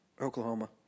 Oklahoma